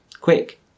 quick